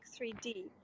3D